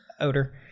odor